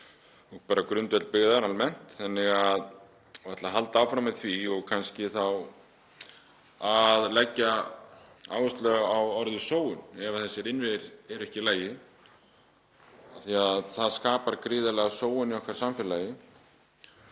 og grundvöll byggðar almennt. Ég ætla að halda áfram með það og kannski þá leggja áherslu á orðið sóun. Ef þessir innviðir eru ekki í lagi þá skapar það gríðarlega sóun í okkar samfélagi.